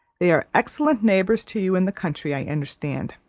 they are excellent neighbours to you in the country, i understand.